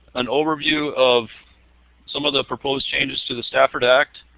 an overview of some of the proposed changes to the stafford act.